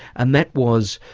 and that was,